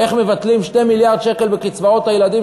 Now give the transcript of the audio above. איך מבטלים 2 מיליארד שקל בקצבאות הילדים,